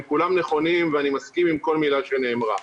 כולם נכונים ואני מסכים עם כל מילה שנאמרה.